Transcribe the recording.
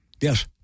Yes